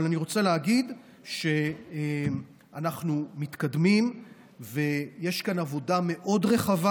אבל אני רוצה להגיד שאנחנו מתקדמים ויש כאן עבודה מאוד רחבה.